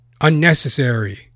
Unnecessary